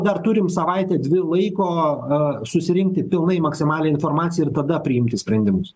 dar turim savaitę dvi laiko susirinkti pilnai maksimalią informaciją ir tada priimti sprendimus